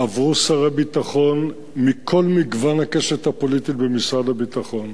עברו שרי ביטחון מכל מגוון הקשת הפוליטית במשרד הביטחון